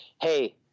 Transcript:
hey